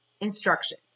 instruction